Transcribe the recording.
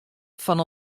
fan